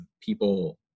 people